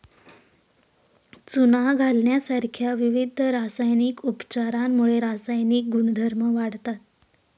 चुना घालण्यासारख्या विविध रासायनिक उपचारांमुळे रासायनिक गुणधर्म वाढतात